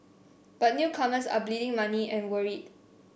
but newcomers are bleeding money and worried